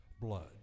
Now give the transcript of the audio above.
blood